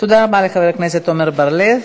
תודה רבה לחבר הכנסת עמר בר-לב.